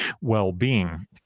well-being